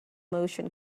motion